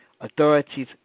Authorities